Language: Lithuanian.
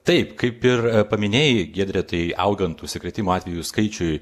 taip kaip ir paminėjai giedre tai augant užsikrėtimo atvejų skaičiui